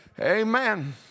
Amen